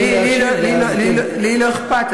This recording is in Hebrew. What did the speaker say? לי לא אכפת.